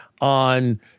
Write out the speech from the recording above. on